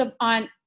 on